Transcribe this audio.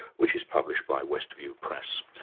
which is published by westview press.